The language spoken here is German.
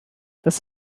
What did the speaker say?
das